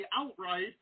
outright